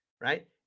right